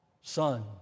Son